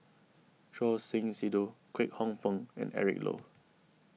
Choor Singh Sidhu Kwek Hong Png and Eric Low